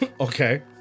Okay